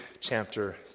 chapter